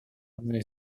одной